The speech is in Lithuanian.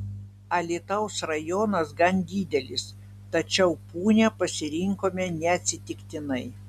alytaus rajonas gan didelis tačiau punią pasirinkome neatsitiktinai